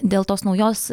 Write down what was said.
dėl tos naujos